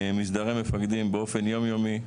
מסדרי מפקדים באופן יום-יומי.